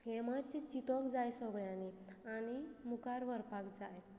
हें मातशें चिंतोंक जाय सगळ्यांनी आनी मुखार व्हरपाक जाय